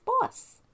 boss